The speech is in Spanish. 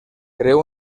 creó